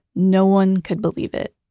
no one could believe it.